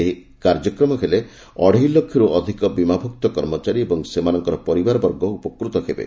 ଏହା କାର୍ଯ୍ୟକ୍ଷମ ହେଲେ ଅଡ଼େଇ ଲକ୍ଷରୁ ଅଧିକ ବୀମାଭୁକ୍ତ କର୍ମଚାରୀ ଏବଂ ସେମାନଙ୍କର ପରିବାରବର୍ଗ ଉପକୃତ ହେବେ